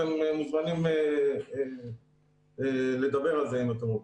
אתם מוזמנים לדבר על זה אם אתם רוצים.